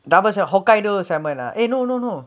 doubles or hokkaido assembled lah eh no no no